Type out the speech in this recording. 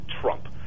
Trump